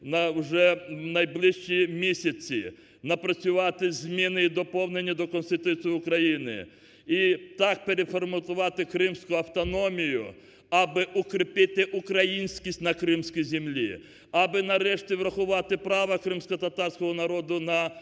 вже в найближчі місяці напрацювати зміни і доповнення до Конституції України і так переформатувати Кримську Автономію, аби укріпити українськість на кримській землі, аби, нарешті, врахувати право кримськотатарського народу на